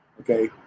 okay